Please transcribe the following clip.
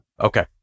Okay